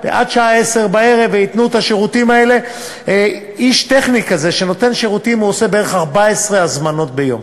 עד השעה 22:00. איש טכני כזה שנותן שירותים עושה בערך 14 הזמנות ביום.